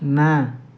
ନା